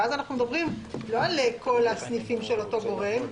ואז אנחנו מדברים לא על כל הסניפים של אותו גורם,